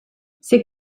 ces